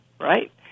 right